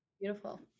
Beautiful